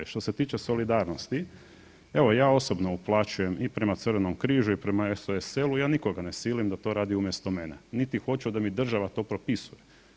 Što se tiče solidarnosti, evo ja osobno uplaćujem i prema Crvenom križu i prema SOS selu, ja nikoga ne silim da to radi umjesto mene, niti hoću da mi država to propisuje.